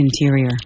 interior